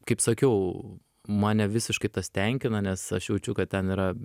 kaip sakiau mane visiškai tenkina nes aš jaučiu kad ten yra